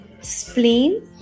spleen